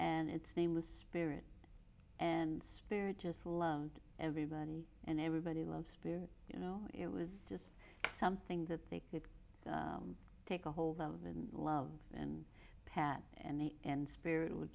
and its name was spirit and spirit just loved everybody and everybody loves being you know it was just something that they could take a hold of and love and pat and the and spirit would